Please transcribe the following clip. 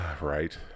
right